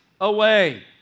away